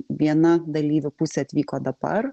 viena dalyvių pusė atvyko dabar